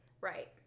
right